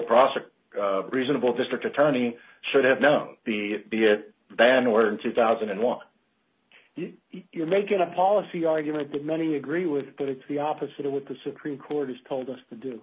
profit reasonable district attorney should have known be it be it then word two thousand and one you're making a policy argument that many agree with that if the opposite of what the supreme court has told us to do